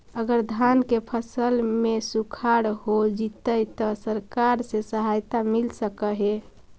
अगर धान के फ़सल में सुखाड़ होजितै त सरकार से सहायता मिल सके हे?